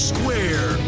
Square